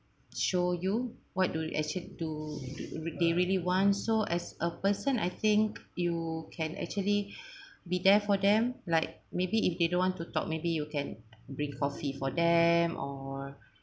show you what do actually do they really want so as a person I think you can actually be there for them like maybe if they don't want to talk maybe you can bring coffee for them or